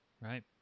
Right